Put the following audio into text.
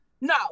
No